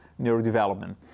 neurodevelopment